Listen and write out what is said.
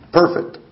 perfect